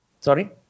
Sorry